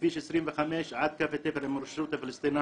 מכביש 25 עד קו התפר עם הרשות הפלשתינית.